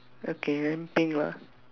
okay then pink lah